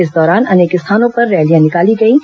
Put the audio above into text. इस दौरान अनेक स्थानों पर रैलियां निकाली गईं